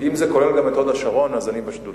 אם זה כולל גם את הוד-השרון, אז אני בשדולה.